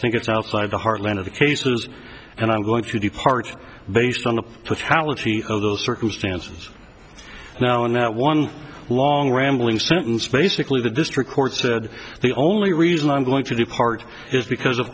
think it's outside the heartland of the cases and i'm going to depart based on the talent of those circumstances now in that one long rambling sentence basically the district court said the only reason i'm going to depart is because of